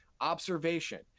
observation